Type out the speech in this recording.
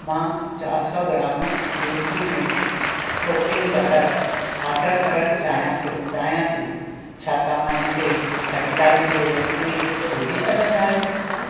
मां चारि सौ gram Milky Mist cooking butter order करणु चाहियां थो चाहियां थी छा तव्हां इनखे ख़रीदारीअ जी लिस्ट में विझी सघंदा आहियो